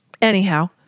Anyhow